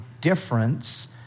difference